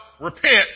repent